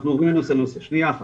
שנייה אחת,